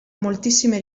moltissime